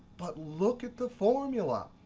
but look at the formula.